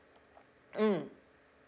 mm